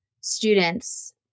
students